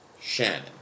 Shannon